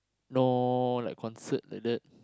no like concert like that